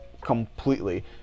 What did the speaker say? completely